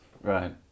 Right